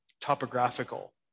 topographical